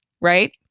right